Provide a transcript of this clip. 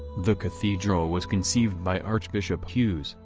the cathedral was conceived by archbishop hughes,